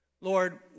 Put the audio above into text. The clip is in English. Lord